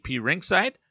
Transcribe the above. Ringside